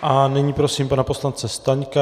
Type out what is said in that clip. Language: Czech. A nyní prosím pana poslance Staňka.